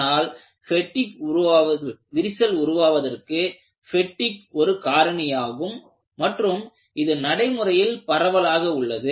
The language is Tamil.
ஆனால் விரிசல் உருவாவதற்கு பெட்டிக் ஒரு காரணியாகும் மற்றும் இது நடைமுறையில் பரவலாக உள்ளது